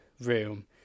room